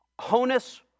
Honus